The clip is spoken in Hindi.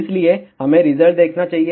इसलिए हमें रिजल्ट देखना चाहिए